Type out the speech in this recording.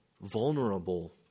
vulnerable